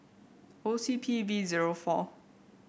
O C P V zero four